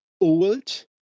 old